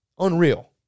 Unreal